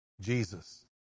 Jesus